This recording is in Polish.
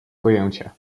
pojęcia